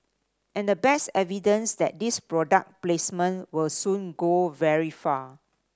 and the best evidence that this product placement will soon go very far